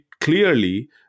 clearly